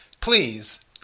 please